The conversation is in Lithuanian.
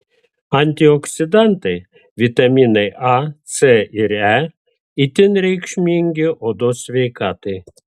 antioksidantai vitaminai a c ir e itin reikšmingi odos sveikatai